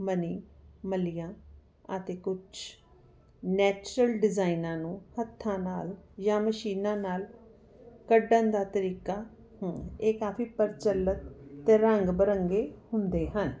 money ਮਲੀਆ ਅਤੇ ਕੁਛ ਨੈਚੁਰਲ ਡਿਜਾਇਨਾਂ ਨੂੰ ਹੱਥਾਂ ਨਾਲ ਜਾਂ ਮਸ਼ੀਨਾਂ ਨਾਲ ਕੱਟਣ ਦਾ ਤਰੀਕਾ ਇਹ ਕਾਫੀ ਪ੍ਰਚਲਿਤ ਅਤੇ ਰੰਗ ਬਿਰੰਗੇ ਹੁੰਦੇ ਹਨ